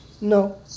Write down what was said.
No